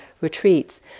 retreats